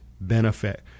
benefit